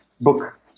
book